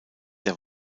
der